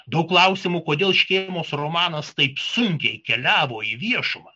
daug klausimų kodėl škėmos romanas taip sunkiai keliavo į viešumą